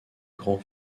grand